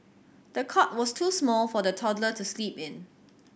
the cot was too small for the toddler to sleep in